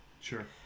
Sure